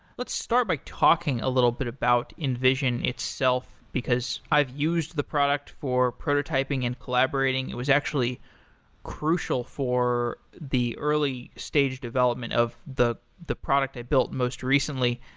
let's start by talking a little bit about invision itself, because i've used the product for prototyping and collaborating. it was actually crucial for the early stage development of the the product i've built most recently.